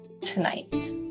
tonight